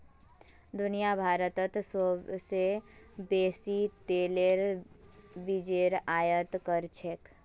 दुनियात भारतत सोबसे बेसी तेलेर बीजेर आयत कर छेक